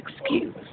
excuse